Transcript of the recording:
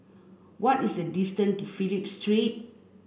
what is the distance to Phillip Street